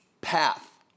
path